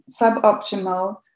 suboptimal